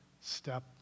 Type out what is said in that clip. step